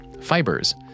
fibers